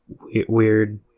weird